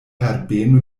herbeno